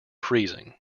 freezing